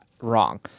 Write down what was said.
Wrong